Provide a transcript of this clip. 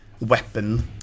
weapon